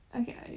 Okay